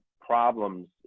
problems